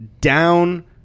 down